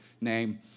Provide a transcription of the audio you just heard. name